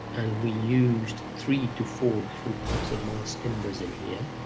and we used three to four different types of mass timbers in here.